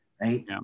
right